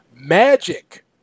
Magic